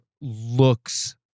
looks